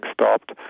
stopped